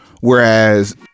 whereas